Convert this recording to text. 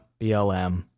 BLM